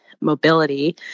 mobility